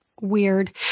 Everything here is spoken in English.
weird